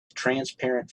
transparent